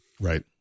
Right